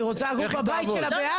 היא רוצה לגור בבית שלה בעכו.